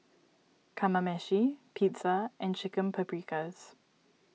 Kamameshi Pizza and Chicken Paprikas